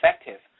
effective